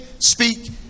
Speak